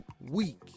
week